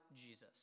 Jesus